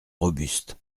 robuste